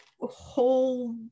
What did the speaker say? whole